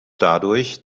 dadurch